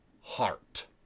heart